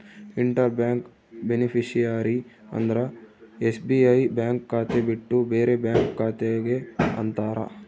inter bank beneficiary ಅಂದ್ರ SBI bank ಖಾತೆ ಬಿಟ್ಟು ಬೇರೆ ಬ್ಯಾಂಕ್ ಖಾತೆ ಗೆ ಅಂತಾರ